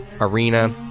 arena